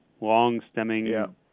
Long-stemming